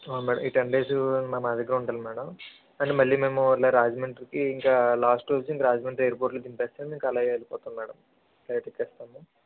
అవును మ్యాడం ఈ ten days మా మా దగ్గరే ఉండల్ల మ్యాడం అండ్ మళ్ళీ మేము ఇలా రాజమండ్రికి ఇంకా లాస్ట్ వచ్చి రాజమండ్రి ఎయిర్ పోర్ట్ లో దింపేస్తే మేమింకలాగే వెళ్ళిపోతాం మ్యాడం ఫ్లైట్ ఎక్కేస్తాం